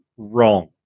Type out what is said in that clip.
Wrong